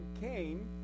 Cain